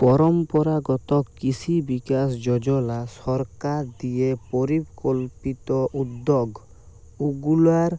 পরম্পরাগত কিসি বিকাস যজলা সরকার দিঁয়ে পরিকল্পিত উদ্যগ উগলার